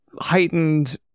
heightened